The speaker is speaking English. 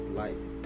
life